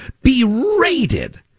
berated